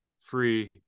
free